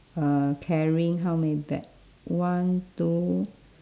uh carrying how many bag one two